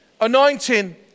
anointing